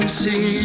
see